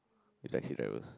is like hilarious